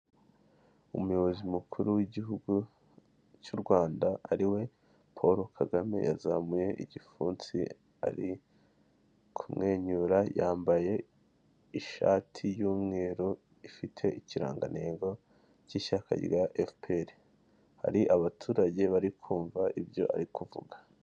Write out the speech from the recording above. Umuyobozi mukuru w'igihugu cy'u Rwanda ariwe Paul Kagame yazamuye igipfunsi ari kumwenyura yambaye ishati y'umweru ifite ikirangantego cy'ishyaka rya efuperi hari abaturage bari kumva ibyo ari kuvuga.